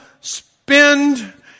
spend